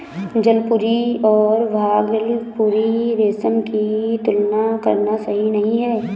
जयपुरी और भागलपुरी रेशम की तुलना करना सही नही है